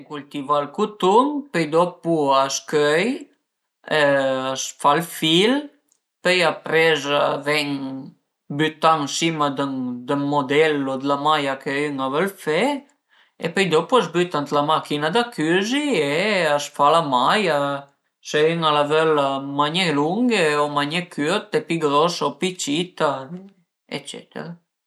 A ven cultivà ël cutun, pöi dopu a s'cöi a s'fa ël fil, pöi apres a ven bütà ën sima d'ën modello d'la maia chë ün a völ fe e pöi dopu a s'büta ën la machin-a da cüzi e a s'fa la maia. Së ün a la völ cun magne lunghe o magne cürte, pi grosa, pi cita eccetera